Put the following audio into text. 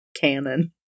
canon